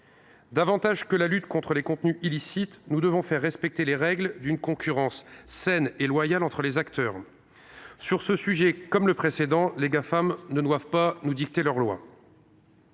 plus que lutter contre les contenus illicites, nous devons faire respecter les règles d’une concurrence saine et loyale entre les acteurs. Sur ce sujet, comme sur le précédent, les Gafam ne doivent pas nous dicter leur loi.